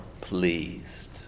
pleased